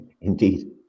indeed